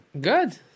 Good